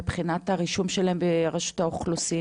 מבחינת הרישום שלהם ברשות האוכלוסין,